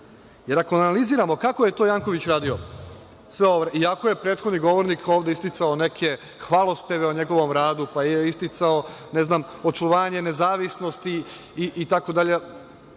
Jer, ako analiziramo kako je to Janković uradio, iako je prethodni govornik ovde isticao neke hvalospeve o njegovom radu, pa je isticao očuvanje nezavisnosti i tako dalje,